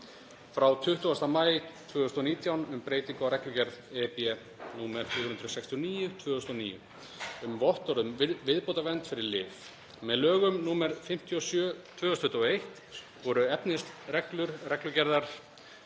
frá 20. maí 2019, um breytingu á reglugerð (EB) nr. 469/2009 um vottorð um viðbótarvernd fyrir lyf. Með lögum nr. 57/2021 voru efnisreglur reglugerðar